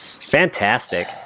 Fantastic